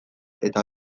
eta